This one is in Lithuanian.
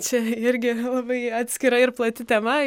čia irgi labai atskira ir plati tema